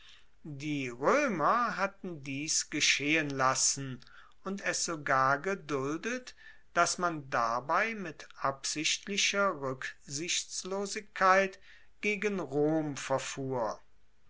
die roemer hatten dies geschehen lassen und es sogar geduldet dass man dabei mit absichtlicher ruecksichtslosigkeit gegen rom verfuhr